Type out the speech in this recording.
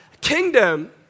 kingdom